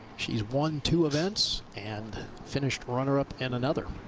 she's won two events and finished runner up in another.